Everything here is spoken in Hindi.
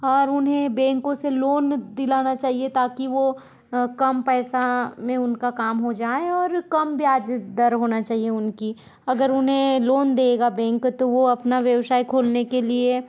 और उन्हें बैंकों से लोन दिलाना चाहिए ताकि वो कम पैसा में उनका काम हो जाए और कम ब्याज दर होना चाहिए उनकी अगर उन्हें लोन देगा बैंक तो वो अपना व्यवसाय खोलने के लिए